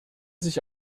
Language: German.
sich